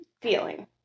feeling